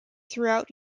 throughout